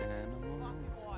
animals